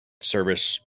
service